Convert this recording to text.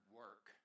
work